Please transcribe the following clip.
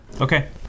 Okay